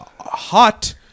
Hot